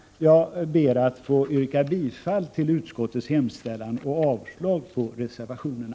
Jag ber att få yrka bifall till utskottets hemställan, vilket innebär avslag på reservationerna.